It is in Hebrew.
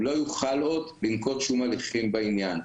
הוא לא יוכל עוד לנקוט שום הליכים בעניין.